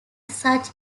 such